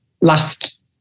last